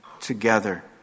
together